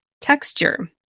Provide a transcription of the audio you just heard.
Texture